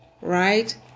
right